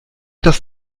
das